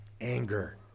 anger